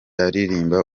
aririmba